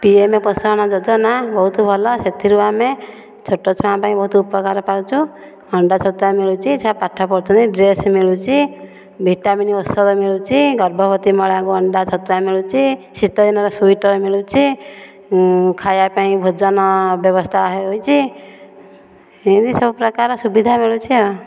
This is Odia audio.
ପିଏମ ପୋଷଣ ଯୋଜନା ବହୁତ ଭଲ ସେଥିରୁ ଆମେ ଛୋଟ ଛୁଆଙ୍କ ପାଇଁ ବହୁତ ଉପକାର ପାଉଛୁ ଅଣ୍ଡା ଛତୁଆ ମିଳୁଛି ଛୁଆ ପାଠ ପଢୁଛନ୍ତି ଡ୍ରେସ ମିଳୁଛି ଭିଟାମିନି ଔଷଧ ମିଳୁଛି ଗର୍ଭବତୀ ମହିଳାଙ୍କୁ ଅଣ୍ଡା ଛତୁଆ ମିଳୁଛି ଶୀତ ଦିନରେ ସୁଇଟର ମିଳୁଛି ଖାଇବା ପାଇଁ ଭୋଜନ ବ୍ୟବସ୍ତା ହୋଇଛି ଏମିତି ସବୁ ପ୍ରକାରର ସୁବିଧା ମିଳୁଛି ଆଉ